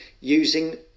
using